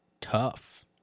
tough